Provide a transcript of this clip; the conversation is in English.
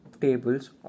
tables